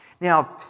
Now